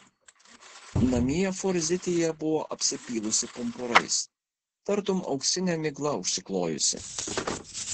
namie forzitija buvo apsipylusi pumpurais tartum auksine migla užsiklojusi